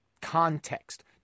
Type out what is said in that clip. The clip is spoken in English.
context